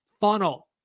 funnel